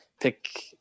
pick